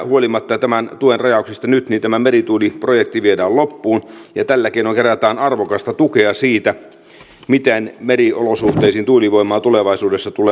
huolimatta tämän tuen rajauksista nyt tämä merituuliprojekti viedään loppuun ja tällä keinoin kerätään arvokasta tietoa siitä miten meriolosuhteisiin tuulivoimaa tulevaisuudessa tulee rakentaa